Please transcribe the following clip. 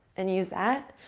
and use that.